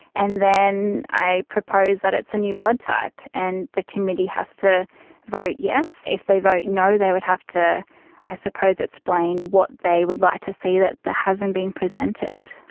and then i proposed that it's a new blood type and the committee has to vote yes. if they vote no they would have to i suppose explain what they would like to see that hasn't been presented.